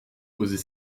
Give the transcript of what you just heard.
posez